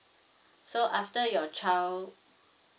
so after your child